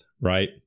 right